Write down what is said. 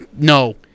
No